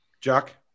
Jack